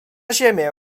ziemię